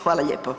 Hvala lijepo.